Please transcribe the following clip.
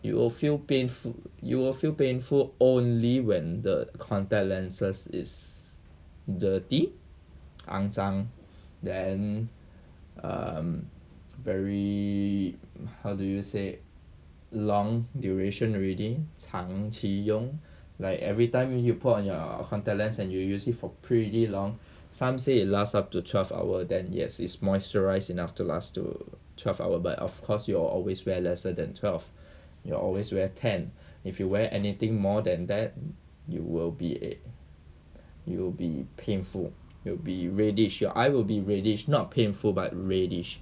it'll feel painful you will feel painful only when the contact lenses is dirty 肮脏 then um very how do you say long duration already 长期用 like every time you put on your contact lens and you use it for pretty long some say it last up to twelve hour then yes it's moisturised enough to last to twelve hour but of course you will always wear lesser than twelve you will always wear ten if you wear anything more than that it will be a it'll be painful will be reddish your eye will be reddish not painful but reddish